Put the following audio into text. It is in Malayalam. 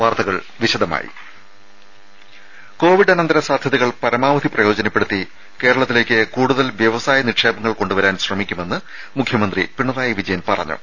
വാർത്തകൾ വിശദമായി കോവിഡ് അനന്തര സാധ്യതകൾ പരമാവധി പ്രയോജനപ്പെടുത്തി കേരളത്തിലേക്ക് കൂടുതൽ വ്യവസായ നിക്ഷേപങ്ങൾ കൊണ്ടുവരാൻ ശ്രമിക്കുമെന്ന് മുഖ്യമന്ത്രി പിണറായി വിജയൻ പറഞ്ഞു